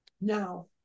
Now